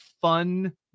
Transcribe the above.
fun